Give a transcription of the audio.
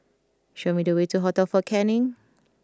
show me the way to Hotel Fort Canning